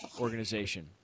organization